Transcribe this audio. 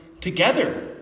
together